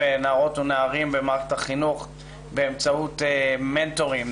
נערות ונערים במערכת החינוך באמצעות מנטורים,